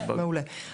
מעולה.